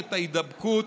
שרשרת ההידבקות,